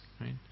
right